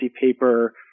paper